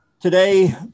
Today